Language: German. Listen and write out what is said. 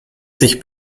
sich